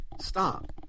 stop